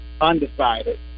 undecided